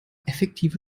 effektive